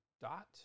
dot